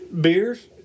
beers